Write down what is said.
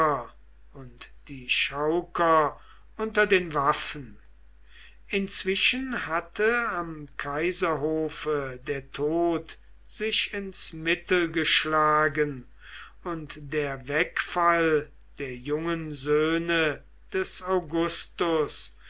und die chauker unter den waffen inzwischen hatte am kaiserhofe der tod sich ins mittel geschlagen und der wegfall der jungen söhne des augustus